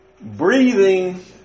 Breathing